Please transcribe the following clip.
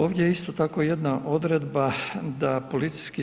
Ovdje isto tako je jedna odredba da policijski